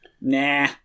nah